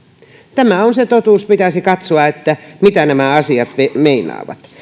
tämä on se totuus pitäisi katsoa mitä nämä asiat meinaavat